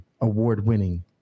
award-winning